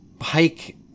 hike